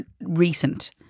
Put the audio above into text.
recent